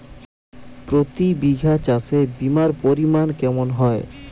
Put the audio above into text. প্রতি বিঘা চাষে বিমার পরিমান কেমন হয়?